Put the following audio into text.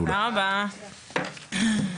הישיבה ננעלה בשעה 14:41.